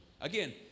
Again